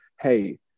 Hey